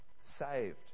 saved